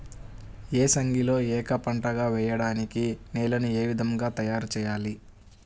ఏసంగిలో ఏక పంటగ వెయడానికి నేలను ఏ విధముగా తయారుచేయాలి?